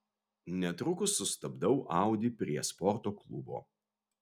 netrukus sustabdau audi prie sporto klubo